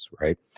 right